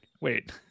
Wait